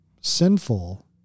sinful